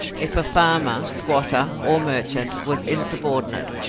if a farmer, squatter, or merchant was insubordinate,